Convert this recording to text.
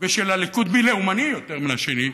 ושל הליכוד מי לאומני יותר מן השני,